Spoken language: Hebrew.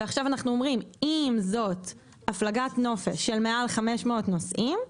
עכשיו אנחנו אומרים שאם זאת הפלגת נופש של מעל 500 נוסעים,